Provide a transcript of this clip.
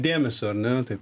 dėmesio ar ne taip